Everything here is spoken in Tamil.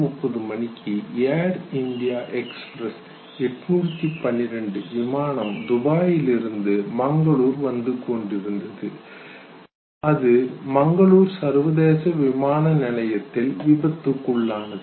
30 மணிக்கு ஏர் இந்தியா எக்ஸ்பிரஸ் 812 விமானம் துபாயிலிருந்து மங்களூர் வந்துகொண்டிருந்த விமானம் மங்களூர் சர்வதேச விமான நிலையத்தில் விபத்துக்குள்ளானது